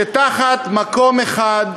שתחת מקום אחד,